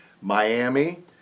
Miami